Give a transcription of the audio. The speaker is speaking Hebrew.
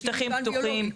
לשטחים פתוחים.